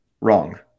Wrong